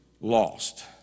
lost